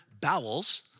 bowels